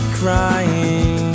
crying